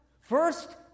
first